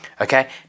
okay